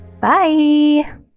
Bye